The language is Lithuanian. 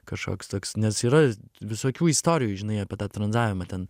kažkoks toks nes yra visokių istorijų žinai apie tą tranzavimą ten